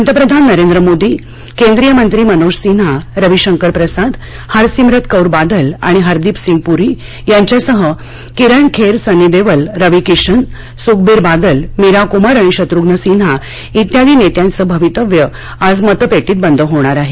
पंतप्रधान नरेंद्र मोदी केंद्रीय मंत्री मनोज सिन्हा रवी शंकर प्रसाद हरसिमरत कौर बादल आणि हरदीप सिंग पुरी यांच्यासह किरण खेर सनी देओल आणि रवी किशन सुखबीर बादल मीरा कुमार आणि शत्रूघ्न सिन्हा इत्यादि नेत्यांचं भवितव्य आज मतपेटीत बंद होणार आहे